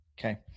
Okay